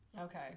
Okay